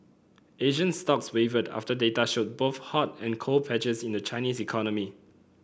Asian stocks wavered after data showed both hot and cold patches in the Chinese economy